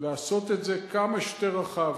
לעשות את זה כמה שיותר רחב,